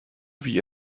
wie